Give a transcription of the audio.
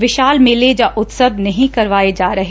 ਵਿਸ਼ਾਲ ਮੇਲੇ ਜਾਂ ਉਤਸਵ ਨਹੀਂ ਕਰਵਾਏ ਜਾ ਰਹੇ